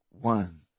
One